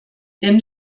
denn